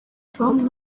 from